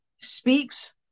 speaks